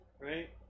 Right